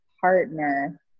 partner